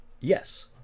Yes